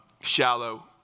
shallow